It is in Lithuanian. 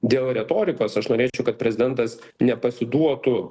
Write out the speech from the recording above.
dėl retorikos aš norėčiau kad prezidentas nepasiduotų